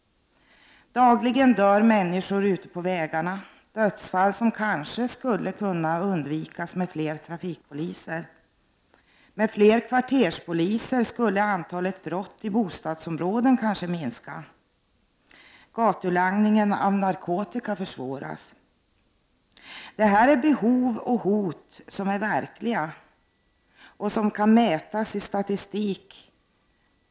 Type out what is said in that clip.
Dagligen dör människor ute på vägarna — dödsfall som kanske skulle kunna undvikas med fler trafikpoliser. Med fler kvarterspoliser skulle antalet brott i bostadsområden kanske minska och gatulangningen av narkotika försvåras. Detta är behov och hot som är verkliga och som kan mätas i statistik.